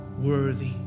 worthy